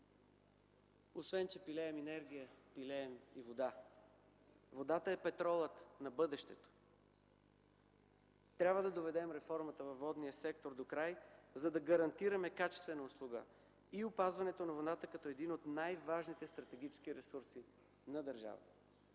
Освен че пилеем енергия, пилеем и вода. Водата е петролът на бъдещето. Трябва да доведем реформата във водния сектор докрай, за да гарантираме качествена услуга и опазването на водата като един от най-важните стратегически ресурси на държавата.